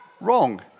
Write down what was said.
Wrong